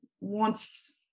wants